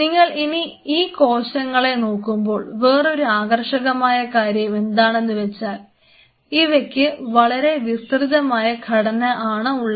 നിങ്ങൾ ഇനി ഈ കോശങ്ങളെ നോക്കുമ്പോൾ വേറൊരു ആകർഷകമായ കാര്യം എന്താണെന്ന് വെച്ചാൽ ഇവയ്ക്ക് വളരെ വിസ്തൃതമായ ഘടന ആണ് ഉള്ളത്